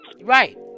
Right